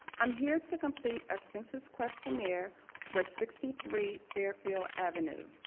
i'm here to complete a census questionnaire for sixty three fairfield avenue.